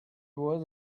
was